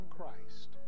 Christ